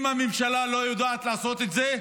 אם הממשלה לא יודעת לעשות את זה,